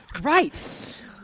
right